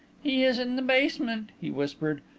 he is in the basement, he whispered.